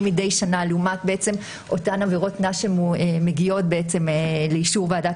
מדי שנה לעומת אותן עבירות קנס שמגיעות לאישור ועדת